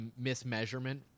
mismeasurement